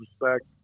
respect